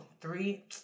three